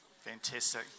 Fantastic